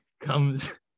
comes